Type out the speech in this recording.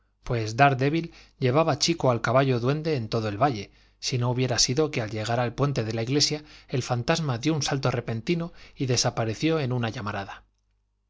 pues daredevil llevaba chico al caballo duende en todo el valle si no hubiera sido que al llegar al puente de la iglesia el fantasma dió un salto repentino y desapareció en una llamarada